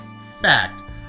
Fact